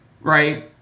right